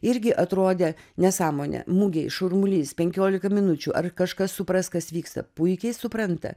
irgi atrodė nesąmonė mugėj šurmulys penkiolika minučių ar kažkas supras kas vyksta puikiai supranta